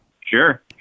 Sure